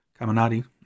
Caminati